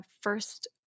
first